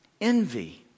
Envy